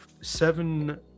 seven